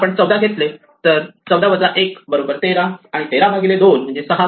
जर आपण 14 घेतले तर 14 1 13 आणि 13 2 6